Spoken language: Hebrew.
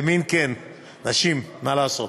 מין כן, נשים, מה לעשות.